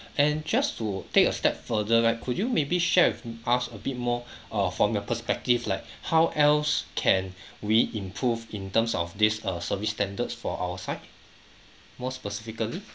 and just to take a step further right could you maybe share with m~ us a bit more err from your perspective like how else can we improve in terms of this uh service standards for our side more specifically